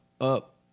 up